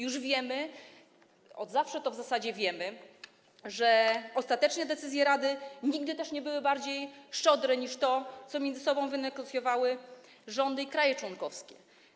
Już wiemy, od zawsze to w zasadzie wiemy, że ostateczne decyzje Rady nigdy nie były bardziej szczodre od tego, co między sobą wynegocjowały rządy i kraje członkowskie.